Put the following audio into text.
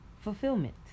Fulfillment